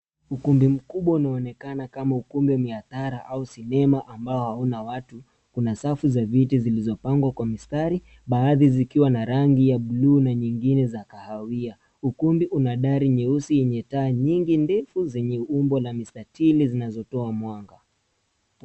Ukumbi mkubwa unaonekana kama ukumbi wa mihadhara au sinema ambao hauna watu. Kuna safu za viti zilizopangwa kwa mistari baadhi zikiwa na rangi ya buluu na nyingine za kahawia. Ukumbi una dari nyeusi yenye taa nyingi ndefu zenye umbo wa mstahili zinatoa mwanga.